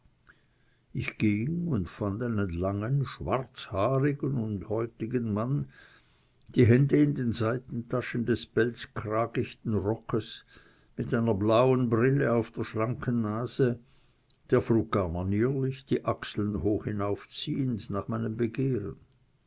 ich ging und fand einen langen schwarzhaarigen und bärtigen mann die hände in den seitentaschen des pelzkragichten rockes mit einer blauen brille auf der schlanken nase der frug gar manierlich die achseln hoch hinaufziehend nach meinem begehren